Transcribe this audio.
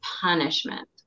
punishment